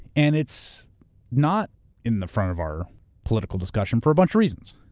and it's not in the front of our political discussion for a bunch of reasons.